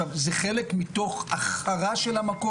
נכון.